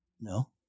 No